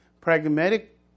Pragmatic